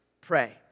pray